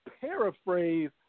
paraphrase